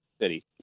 city